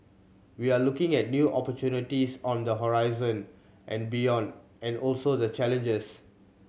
we are looking at new opportunities on the horizon and beyond and also the challenges